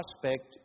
prospect